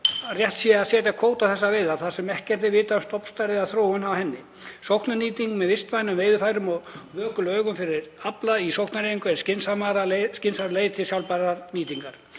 rétt sé að setja kvóta á þessar veiðar þar sem ekkert er vitað um stofnstærð eða þróun á henni. Sóknarnýting með vistvænum veiðarfærum og vökulu auga fyrir afla í sóknareiningu er skynsamlegri leið til sjálfbærrar nýtingar.